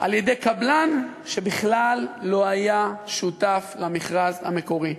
על-ידי קבלן שבכלל לא היה שותף למכרז המקורי?